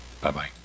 Bye-bye